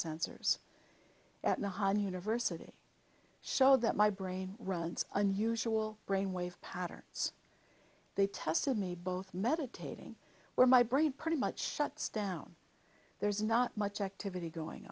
sensors at mohan university show that my brain runs unusual brain wave patterns they tested me both meditating where my brain pretty much shuts down there's not much activity going